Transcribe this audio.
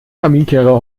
kaminkehrer